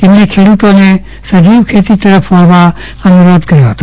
તેમેને ખેડૂતો ને સજીવ ખેતી તરફ વળવા અનુરોધ કર્યો હતો